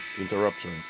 Interruption